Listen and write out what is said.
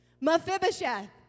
Mephibosheth